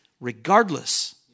regardless